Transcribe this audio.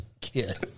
kid